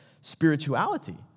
spirituality